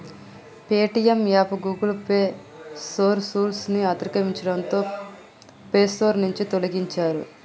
Paytm app Google play store rules ని అతిక్రమించడంతో play store నుంచి తొలగించారు